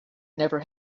never